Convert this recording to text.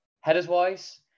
Headers-wise